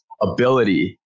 ability